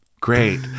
great